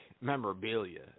memorabilia